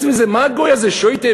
חוץ מזה, מה הגוי הזה, שוטה?